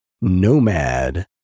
Nomad